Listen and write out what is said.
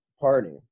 Party